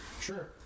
Sure